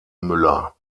müller